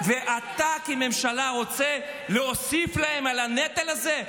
ואתה כממשלה רוצה להוסיף להם על הנטל הזה?